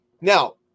now